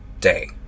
day